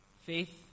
Faith